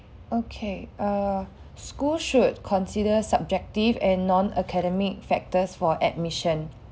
okay err schools should consider subjective and non-academic factors for admission